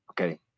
Okay